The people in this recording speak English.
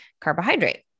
carbohydrate